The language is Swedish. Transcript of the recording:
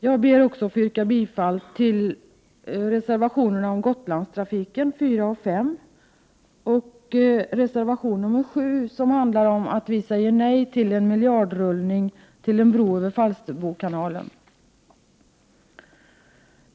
Jag yrkar också bifall till reservationerna om Gotlandstrafiken, nr 4 och 5, och till reservation nr 7 i vilken vi säger nej till en miljardrullning för en bro över Falsterbokanalen.